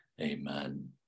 Amen